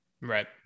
Right